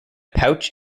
pouch